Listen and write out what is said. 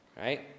right